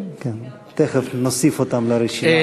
כן, כן, תכף נוסיף אותם לרשימה.